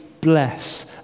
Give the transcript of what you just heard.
bless